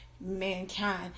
mankind